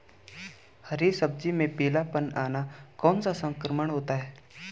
हरी सब्जी में पीलापन आना कौन सा संक्रमण होता है?